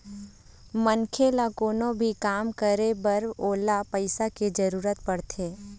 मनखे ल कोनो भी काम करे बर ओला पइसा के जरुरत पड़थे